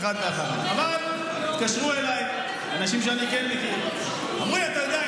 אבל התקשרו אליי אנשים שאני כן מכיר ואמרו לי: אתה יודע,